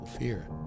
Fear